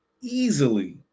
easily